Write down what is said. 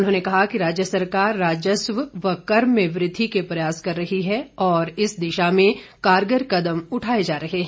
उन्होंने कहा कि राज्य सरकार राजस्व व कर में वृद्धि के प्रयास कर रही है और इस दिशा में कारगर कदम उठाए जा रहे हैं